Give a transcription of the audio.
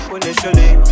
initially